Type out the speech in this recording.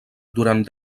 durant